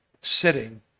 sitting